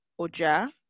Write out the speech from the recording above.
Oja